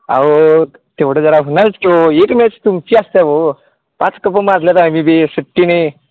अहो तेवढं जरा होणारच की हो एकही मॅच तुमची असते हो पाच कपं मारल्यात आम्ही बी सुट्टीने